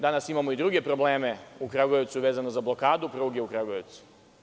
Danas imamo i druge probleme u Kragujevcu vezano za blokadu pruge u Kragujevcu.